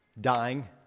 dying